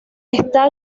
está